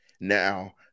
Now